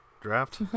draft